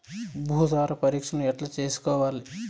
భూసార పరీక్షను ఎట్లా చేసుకోవాలి?